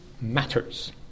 matters